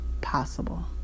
possible